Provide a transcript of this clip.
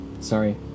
sorry